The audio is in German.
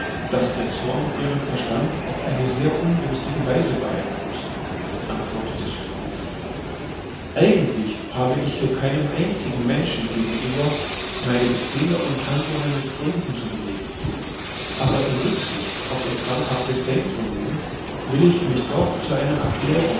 daß ihr zorn ihren verstand auf eine sehr ungünstige weise beeinflußt antwortete surcouf eigentlich habe ich hier keinem einzigen menschen gegenüber meine befehle und handlungen mit gründen zu belegen aber in rücksicht auf ihr krankhaftes denkvermögen will ich mich doch zu einer erklärung